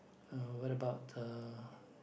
uh what about uh